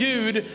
Gud